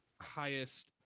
highest